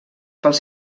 pels